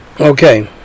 Okay